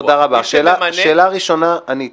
מי שממנה --- תודה רבה, שאלה ראשונה ענית.